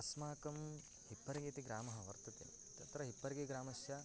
अस्माकं हिब्बर्गि इति ग्रामः वर्तते तत्र हिप्पर्गि ग्रामस्य